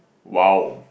!wow!